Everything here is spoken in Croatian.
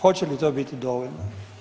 Hoće li to biti dovoljno?